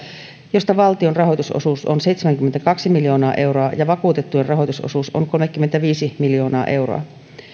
josta valtion rahoitusosuus on seitsemänkymmentäkaksi miljoonaa euroa ja vakuutettujen rahoitusosuus on kolmekymmentäviisi miljoonaa euroa